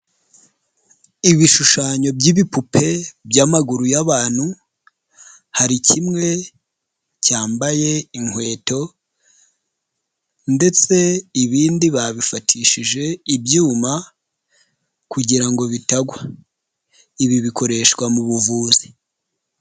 Ibishushanyo by'ibipupe by'amaguru y'abantu hari kimwe cyambaye inkweto ndetse ibindi babifatishije ibyuma kugira bitagwa ibi bikoreshwa mu buvuzi.